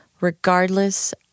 Regardless